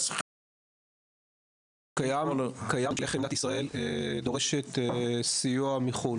קיים מנגנון איך מדינת ישראל דורשת סיוע מחוץ-לארץ.